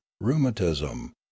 rheumatism